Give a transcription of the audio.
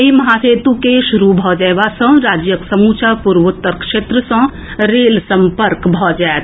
एहि महासेतु के शुरू भऽ जयबा सँ राज्यक समूचा पूर्वोत्तर क्षेत्र सँ रेल सम्पर्क भऽ जायत